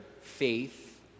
faith